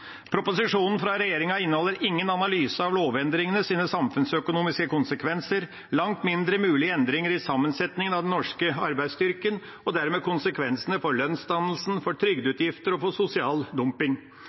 Proposisjonen fra regjeringa inneholder ingen analyse av lovendringenes samfunnsøkonomiske konsekvenser, langt mindre mulige endringer i sammensetningen av den norske arbeidsstyrken, og dermed konsekvensene for lønnsdannelsen, for